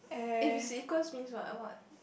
if it's equals means what what